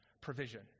provision